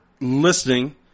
listening